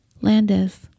Landis